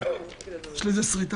אבל זה סוד,